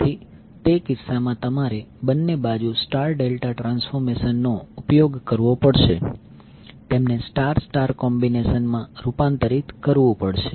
તેથી તે કિસ્સામાં તમારે બંને બાજુ સ્ટાર ડેલ્ટા ટ્રાન્સફોર્મેશન નો ઉપયોગ કરવો પડશે તેમને સ્ટાર સ્ટાર કોમ્બીનેશન માં રૂપાંતરિત કરવું પડશે